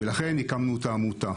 לכן הקמנו את העמותה.